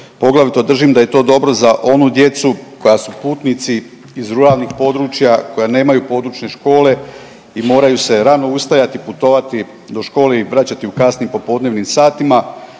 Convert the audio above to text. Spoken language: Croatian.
Poglavito držim da je to dobro za onu djecu koja su putnici iz ruralnih područja, koja nemaju područne škole i moraju se rano ustajati, putovati do škole i vraćati u kasnim popodnevnim satima.